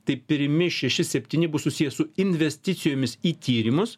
tai pirmi šeši septyni bus susiję su investicijomis į tyrimus